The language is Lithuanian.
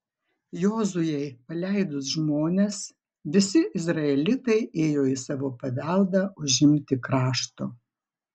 jozuei paleidus žmones visi izraelitai ėjo į savo paveldą užimti krašto